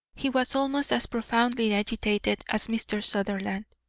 he was almost as profoundly agitated as mr. sutherland.